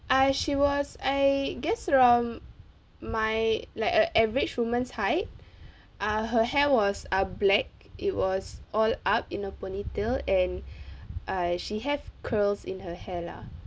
uh I she was I guess from my like a average woman's height uh her hair was uh black it was all up in a ponytail and uh she have curls in her hair lah